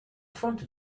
front